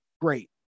great